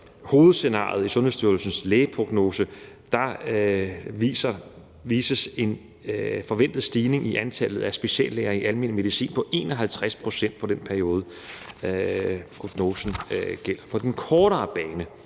hovedscenariet i Sundhedsstyrelsens lægeprognose, vises en forventet stigning i antallet af speciallæger i almen medicin på 51 pct. for den periode, hvor prognosen gælder. Det er jo en lang